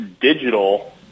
digital